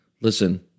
listen